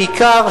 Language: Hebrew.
בעיקר,